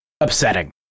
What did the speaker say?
upsetting